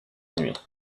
nuit